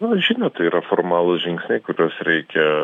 na žinote yra formalūs žingsniai kuriuos reikia